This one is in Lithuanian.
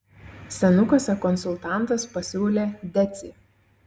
senukuose konsultantas pasiūlė decį